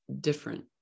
different